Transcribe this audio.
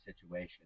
situation